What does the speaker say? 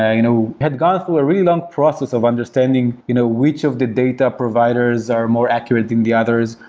yeah you know had gone through a really long process of understanding you know which of the data providers are more accurate than the others.